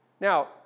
Now